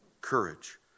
courage